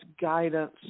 guidance